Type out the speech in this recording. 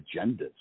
agendas